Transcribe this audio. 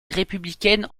républicaine